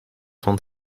van